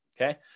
Okay